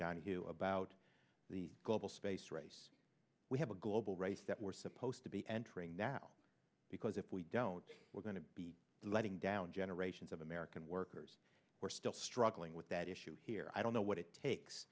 donahue about the global space race we have a global race that we're supposed to be entering now because it we don't we're going to be letting down generations of american workers we're still struggling with that issue here i don't know what it takes